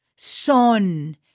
son